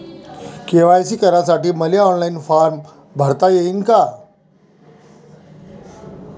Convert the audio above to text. KYC करासाठी मले online form भरता येईन का?